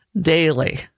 daily